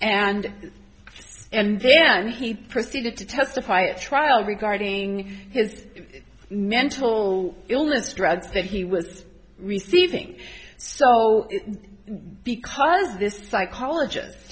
and and then he proceeded to testify at trial regarding his mental illness drugs that he was receiving so because this psychologist